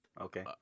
okay